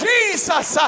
Jesus